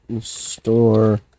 Store